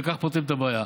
וכך פותרים את הבעיה.